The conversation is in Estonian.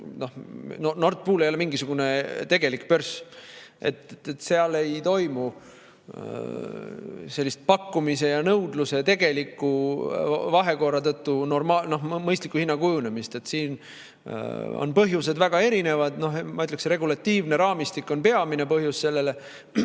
Nord Pool ei ole mingisugune tegelik börs. Seal ei toimu sellist pakkumise ja nõudluse tegeliku vahekorra tõttu mõistliku hinna kujunemist. Põhjused on väga erinevad, ma ütleksin, regulatiivne raamistik on selle peamine põhjus,